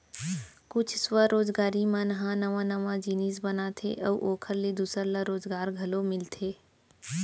कुछ स्वरोजगारी मन ह नवा नवा जिनिस बनाथे अउ ओखर ले दूसर ल रोजगार घलो मिलथे